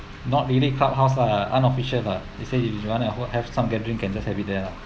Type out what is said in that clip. not really clubhouse lah unofficial but they say if you want to hold some gathering can just have it there lah